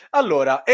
allora